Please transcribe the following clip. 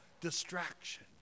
distraction